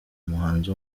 umuhanzi